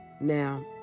Now